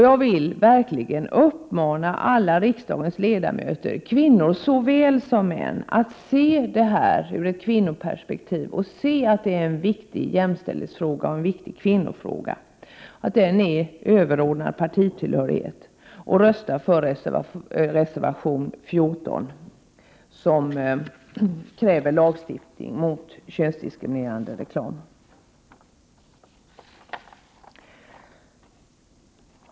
Jag vill verkligen uppmana alla riksdagens ledamöter, kvinnor såväl som män, att se det här ur ett kvinnoperspektiv såsom en viktig jämställdhetsfråga och kvinnofråga som är överordnad partitillhörighet och rösta för reservation 14, där vi kräver lagstiftning mot könsdiskriminerande reklam.